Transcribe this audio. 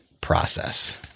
process